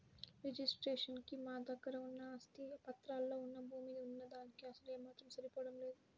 registration కి మా దగ్గర ఉన్న ఆస్తి పత్రాల్లో వున్న భూమి వున్న దానికీ అసలు ఏమాత్రం సరిపోడం లేదు